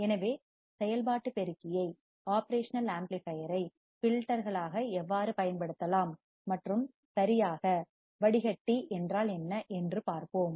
எனவே செயல்பாட்டு பெருக்கியை ஒப்ரேஷனல் ஆம்ப்ளிபையர் ஐ ஃபில்டர்களாக எவ்வாறு பயன்படுத்தலாம் மற்றும் சரியாக வடிகட்டி பில்டர் என்றால் என்ன என்று பார்ப்போம்